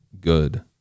good